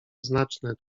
znaczne